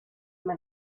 man